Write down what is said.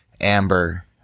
amber